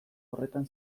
horretan